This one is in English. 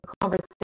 conversation